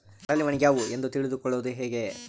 ಕಡಲಿ ಒಣಗ್ಯಾವು ಎಂದು ತಿಳಿದು ಕೊಳ್ಳೋದು ಹೇಗೆ?